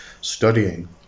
studying